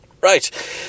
Right